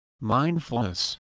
Mindfulness